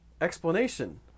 explanation